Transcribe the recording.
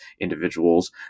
individuals